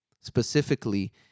specifically